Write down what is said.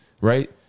right